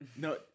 No